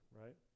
right